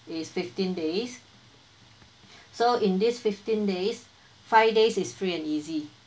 is fifteen days so in this fifteen days five days is free and easy